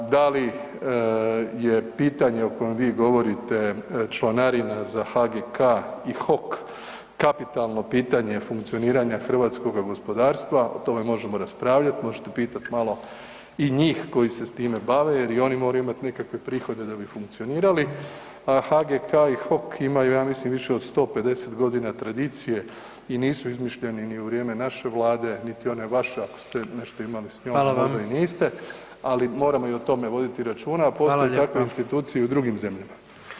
Da li je pitanje o kojem vi govorite članarina za HGK i HOK kapitalno pitanje funkcioniranje hrvatskoga gospodarstva, o tome možemo raspravljati, možete pitati malo i njih koji se s time bave jer i oni moraju imati nekakve prihode da bi funkcionirali, a HGK i HOK imaju ja mislim više od 150 godina tradicije i nisu izmišljeni ni u vrijeme naše Vlade, niti one vaše ako ste nešto imali s njom, a možda i niste, ali moramo i o tome voditi računa [[Upadica predsjednik: Hvala lijepa.]] a postoje takve institucije i u drugim zemljama.